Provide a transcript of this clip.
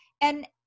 And-